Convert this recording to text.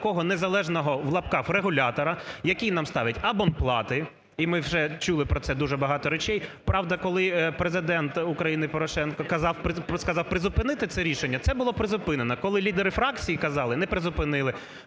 такого незалежного в лапках регулятора, який нам ставить абонплати, і ми вже чули про це дуже багато речей. Правда, коли Президент України Порошенко сказав призупинити це рішення – це було призупинено. Коли лідери фракцій казали – не призупинили.